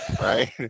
right